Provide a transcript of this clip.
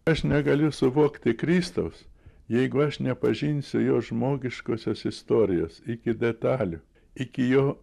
aš negaliu suvokti kristaus jeigu aš nepažinsiu jo žmogiškosios istorijos iki detalių iki jo